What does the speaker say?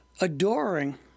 adoring